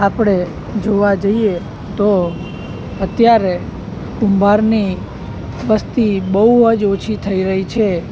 આપણે જોવા જઈએ તો અત્યારે કુંભારની વસ્તી બહુ જ ઓછી થઈ રહી છે